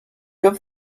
have